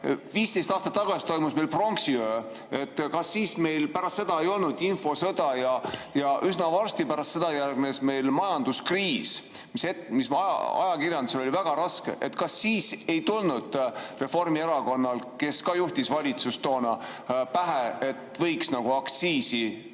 15 aastat tagasi toimus meil pronksiöö. Kas siis pärast seda ei olnud infosõda? Ja üsna varsti pärast seda järgnes meil majanduskriis, mis ajakirjandusele oli väga raske. Kas siis ei tulnud Reformierakonnal, kes juhtis valitsust toona, pähe, et võiks käibemaksu alandada?